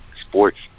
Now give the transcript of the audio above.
sports